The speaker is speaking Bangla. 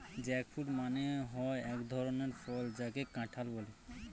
জ্যাকফ্রুট মানে হয় এক ধরনের ফল যাকে কাঁঠাল বলে